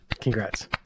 Congrats